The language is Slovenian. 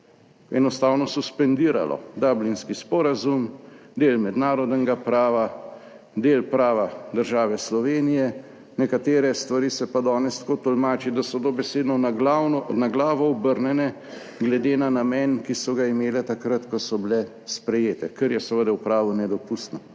enostavno suspendiralo Dublinski sporazum, del mednarodnega prava, del prava **7. TRAK (VI) 13.30** (nadaljevanje) države Slovenije, nekatere stvari se pa danes tako tolmači, da so dobesedno na glavo obrnjene, glede na namen, ki so ga imele takrat, ko so bile sprejete, kar je seveda v pravu nedopustno.